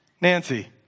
Nancy